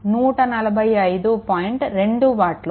2 వాట్లు